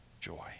joy